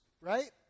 right